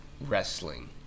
Wrestling